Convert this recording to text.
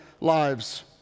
lives